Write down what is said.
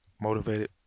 Motivated